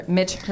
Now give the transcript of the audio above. Mitch